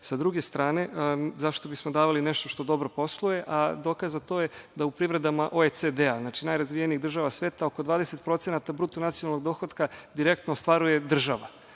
druge strane, zašto bismo davali nešto što dobro posluje, a dokaz za to je da u privredama OECD-a, najrazvijenijih država sveta, oko 20% bruto nacionalnog dohotka direktno ostvaruje država.